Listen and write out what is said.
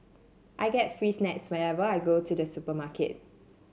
I get free snacks whenever I go to the supermarket